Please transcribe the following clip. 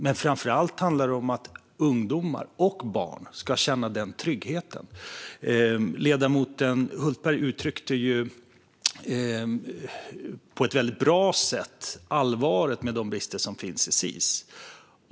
Men framför allt handlar det om att ungdomar och barn ska känna den tryggheten. Ledamoten Hultberg uttryckte på ett väldigt bra sätt allvaret i de brister som finns inom Sis.